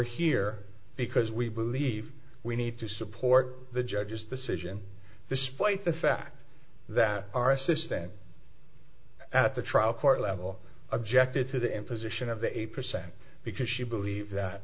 here because we believe we need to support the judge's decision despite the fact that our assistant at the trial court level objected to the imposition of the eight percent because she believed that